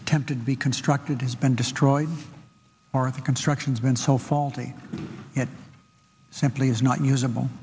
attempted to be constructed has been destroyed or the constructions been so faulty it simply is not usable